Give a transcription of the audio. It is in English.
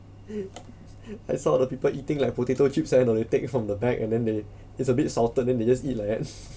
I saw the people eating like potato chips eh know you take from the bag and then they it's a bit salted then they just eat like that